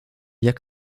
jak